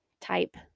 type